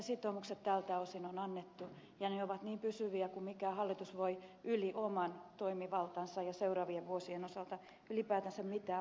sitoumukset tältä osin on annettu ja ne ovat niin pysyviä kuin mikään hallitus voi yli oman toimivaltansa ja seuraavien vuosien osalta ylipäätänsä mitään luvata